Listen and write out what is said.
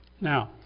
Now